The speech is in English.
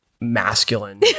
masculine